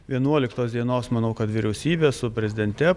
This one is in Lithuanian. vienuoliktos dienos manau kad vyriausybė su prezidente